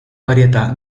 varietà